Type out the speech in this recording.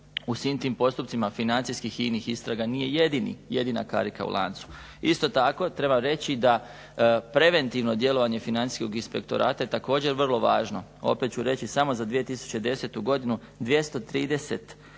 u svim tim postupcima financijskih i inih istraga nije jedina karika u lancu. Isto tako treba reći da preventivno djelovanje Financijskog inspektorata je također vrlo važno. Opet ću reći samo za 2010. godinu, 230